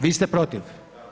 Vi ste protiv?